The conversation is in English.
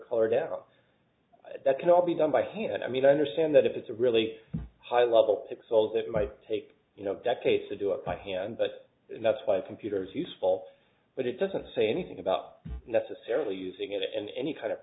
color down that can all be done by hand i mean i understand that if it's a really high level to be sold it might take you know decades to do it by hand but that's why a computer is useful but it doesn't say anything about necessarily using it in any kind of